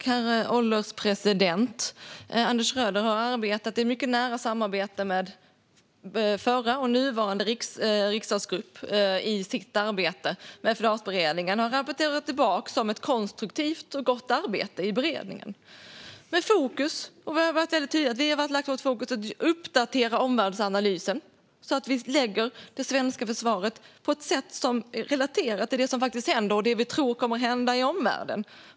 Herr ålderspresident! Anders Schröder har haft ett mycket nära samarbete med den förra riksdagsgruppen och med nuvarande riksdagsgrupp i sitt arbete med Försvarsberedningen och har rapporterat tillbaka om ett konstruktivt och gott arbete i beredningen. Men vi har varit väldigt tydliga med att vi har lagt vårt fokus på att uppdatera omvärldsanalysen, så att vi relaterar det svenska försvaret till det som faktiskt händer och det som vi tror kommer att hända i omvärlden.